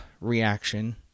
reaction